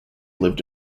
lived